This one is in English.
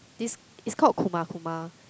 this it's called kuma-kuma